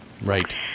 right